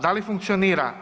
Da li funkcionira?